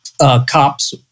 Cops